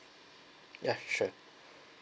ya sure